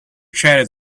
chattered